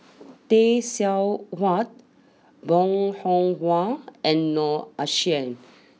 Tay Seow Huah Bong Hiong Hwa and Noor Aishah